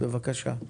בבקשה.